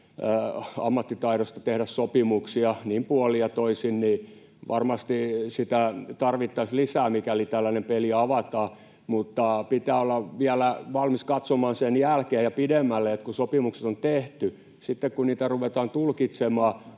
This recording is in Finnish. ammattitaidosta tehdä sopimuksia puolin ja toisin, niin varmasti sitä tarvittaisiin lisää, mikäli tällainen peli avataan. Mutta pitää olla vielä valmis katsomaan pidemmälle sen jälkeen, kun sopimukset on tehty. Sitten kun niitä ruvetaan tulkitsemaan